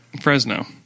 Fresno